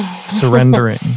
surrendering